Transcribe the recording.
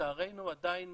שלצערנו עדיין